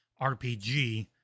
RPG